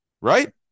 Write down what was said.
right